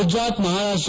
Gujarat Maharashtra